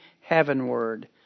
heavenward